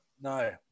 No